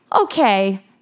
okay